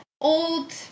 Old